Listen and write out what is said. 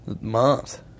month